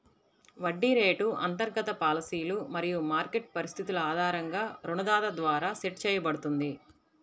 వడ్డీ రేటు అంతర్గత పాలసీలు మరియు మార్కెట్ పరిస్థితుల ఆధారంగా రుణదాత ద్వారా సెట్ చేయబడుతుంది